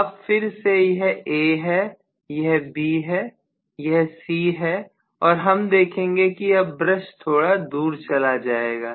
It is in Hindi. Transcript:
अब फिर से यह A है यह B है यह C है और हम देखेंगे कि अब ब्रश थोड़ा दूर चला जाएगा